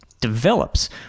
develops